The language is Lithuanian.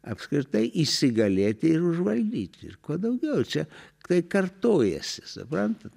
apskritai įsigalėti ir užvaldyti ir kuo daugiau čia tiktai kartojasi suprantat